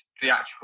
theatrical